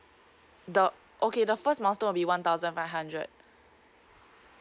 the okay the first milestone will be one thousand five hundred